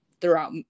throughout